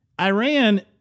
Iran